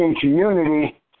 community